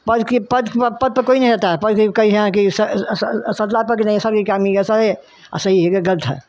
पद की पद पद पे कोई नहीं रहता है कही की सबे सही है कि गलत है